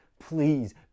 please